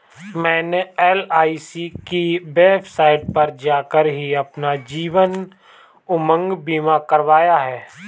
मैंने एल.आई.सी की वेबसाइट पर जाकर ही अपना जीवन उमंग बीमा करवाया है